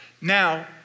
Now